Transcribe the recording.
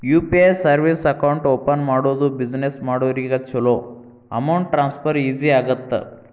UPI service account open ಮಾಡೋದು business ಮಾಡೋರಿಗ ಚೊಲೋ ಅಮೌಂಟ್ ಟ್ರಾನ್ಸ್ಫರ್ ಈಜಿ ಆಗತ್ತ